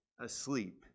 asleep